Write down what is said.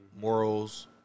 morals